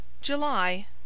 July